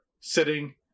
sitting